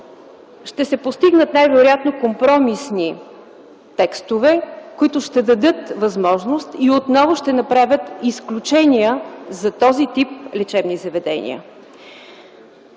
ще се постигнат компромисни текстове, които ще дадат възможност и отново ще направят изключения за този тип лечебни заведения.